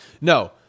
No